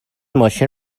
ماشین